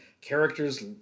characters